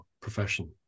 profession